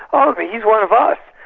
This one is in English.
oh, but he's one of us,